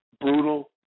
brutal